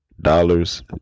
dollars